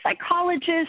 psychologist